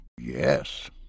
Yes